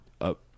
up